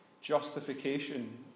justification